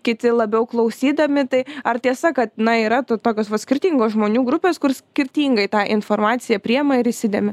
kiti labiau klausydami tai ar tiesa kad na yra to tokios vat skirtingos žmonių grupės skirtingai tą informaciją priema ir įsidėmi